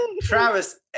Travis